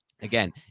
Again